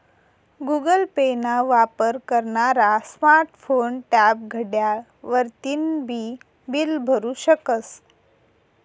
Google pay ना वापर करनारा स्मार्ट फोन, टॅब, घड्याळ वरतीन बी बील भरु शकस